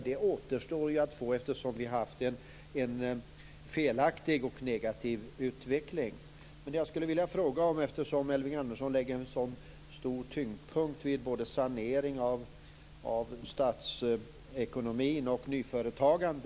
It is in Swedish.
Detta återstår, eftersom vi har haft en felaktig och negativ utveckling. Elving Andersson lägger stor vikt både vid sanering av statsekonomin och vid nyföretagande.